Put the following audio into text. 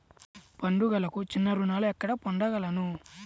పండుగలకు చిన్న రుణాలు ఎక్కడ పొందగలను?